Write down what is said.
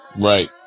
Right